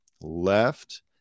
left